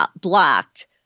blocked